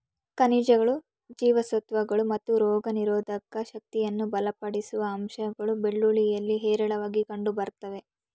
ಖನಿಜಗಳು ಜೀವಸತ್ವಗಳು ಮತ್ತು ರೋಗನಿರೋಧಕ ಶಕ್ತಿಯನ್ನು ಬಲಪಡಿಸುವ ಅಂಶಗಳು ಬೆಳ್ಳುಳ್ಳಿಯಲ್ಲಿ ಹೇರಳವಾಗಿ ಕಂಡುಬರ್ತವೆ